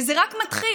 וזה רק מתחיל,